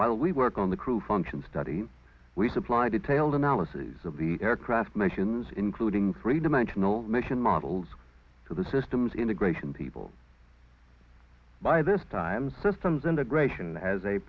while we work on the crew function study we supply detailed analyses of the aircraft missions including three dimensional mission models to the systems integration people by this time systems integration as a